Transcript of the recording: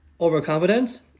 overconfidence